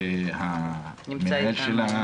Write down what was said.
ולחמאדה שנמצא כאן.